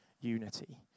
unity